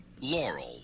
Laurel